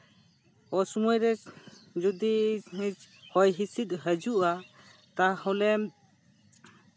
ᱚᱥᱩᱢᱟᱹᱭ ᱨᱮ ᱡᱩᱫᱤ ᱦᱚᱭ ᱦᱤᱸᱥᱤᱫ ᱦᱤᱡᱩᱜᱼᱟ ᱛᱟᱦᱚᱞᱮ